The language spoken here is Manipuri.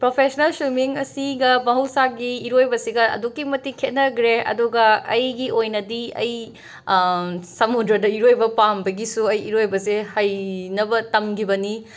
ꯄ꯭ꯔꯣꯐꯦꯁꯅꯦꯜ ꯁ꯭ꯋꯤꯃꯤꯡ ꯑꯁꯤꯒ ꯃꯍꯧꯁꯥꯒꯤ ꯏꯔꯣꯏꯕꯁꯤꯒ ꯑꯗꯨꯛꯀꯤꯃꯇꯤꯛ ꯇꯦꯠꯅꯈ꯭ꯔꯦ ꯑꯗꯨꯒ ꯑꯩꯒꯤ ꯑꯣꯏꯅꯗꯤ ꯑꯩ ꯁꯨꯃꯨꯗ꯭ꯔꯗ ꯏꯔꯣꯏꯕ ꯄꯥꯝꯕꯒꯤꯁꯨ ꯑꯩ ꯏꯔꯣꯏꯕꯁꯦ ꯍꯩꯅꯕ ꯇꯝꯈꯤꯕꯅꯤ